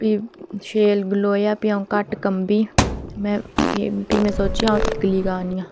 फ्ही शैल बोल्लेआ फ्ही अऊ घट्ट कंबी में प्ही में सोचेआ में इक्कली गा नी आं